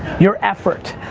your effort,